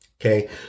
Okay